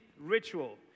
ritual